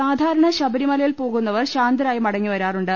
സാധാരണ ശബരി മലയിൽ പോകുന്നവർ ശാന്തമായി മടങ്ങി വരാറുണ്ട്